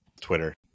Twitter